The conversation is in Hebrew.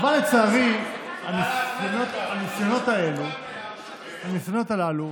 דרך אגב, אבל לצערי, הניסיונות הללו